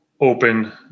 open